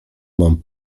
mam